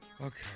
Okay